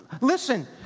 Listen